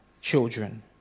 children